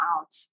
out